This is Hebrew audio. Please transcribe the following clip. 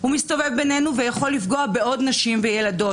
הוא מסתובב בינינו ויכול לפגוע בעוד נשים וילדות.